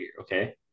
okay